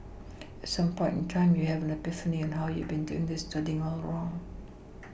at some point in time you have an epiphany on how you have been doing this studying this wrong